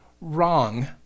wrong